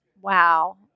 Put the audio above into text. Wow